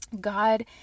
God